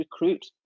recruit